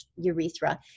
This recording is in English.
urethra